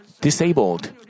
disabled